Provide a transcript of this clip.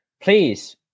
please